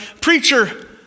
preacher